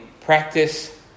Practice